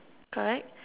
correct